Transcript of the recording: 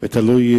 תלוי,